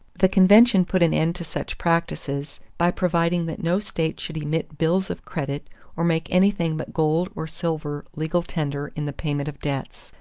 the convention put an end to such practices by providing that no state should emit bills of credit or make anything but gold or silver legal tender in the payment of debts.